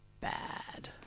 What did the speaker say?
bad